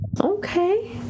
okay